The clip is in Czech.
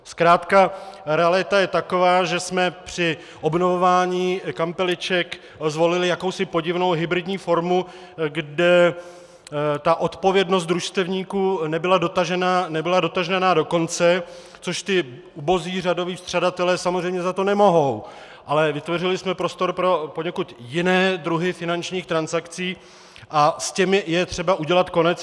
Zkrátka realita je taková, že jsme při obnovování kampeliček zvolili jakousi podivnou hybridní formu, kde odpovědnost družstevníků nebyla dotažena do konce, což ubozí řadoví střadatelé samozřejmě za to nemohou, ale vytvořili jsme prostor pro poněkud jiné druhy finančních transakcí a s těmi je třeba udělat konec.